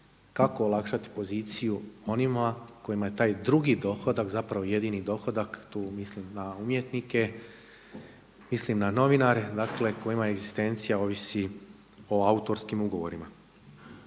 kako olakšati poziciju onima kojima je taj drugi dohodak zapravo jedini dohodak. Tu mislim na umjetnike, mislim na novinare. Dakle, kojima egzistencija ovisi o autorskim ugovorima.